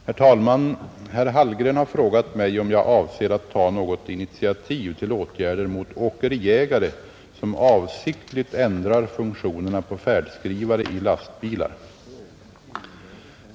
Herr talman! Herr Hallgren har frågat mig om jag avser att ta något initiativ till åtgärder mot åkeriägare som avsiktligt ändrar funktionerna på färdskrivare i lastbilar.